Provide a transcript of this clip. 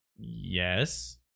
Yes